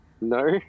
No